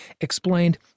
explained